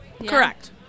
Correct